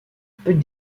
peut